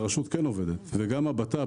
לכן, הרשות כן עובדת, וגם הבט"פ.